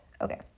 okay